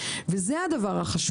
וזה הדבר החשוב.